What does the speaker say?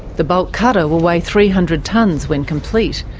the bulk cutter will weigh three hundred tonnes when complete.